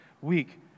week